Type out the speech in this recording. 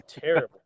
terrible